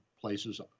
places